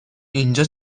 اینجا